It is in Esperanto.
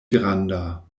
granda